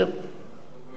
הוא לא יעריך,